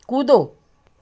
कूदो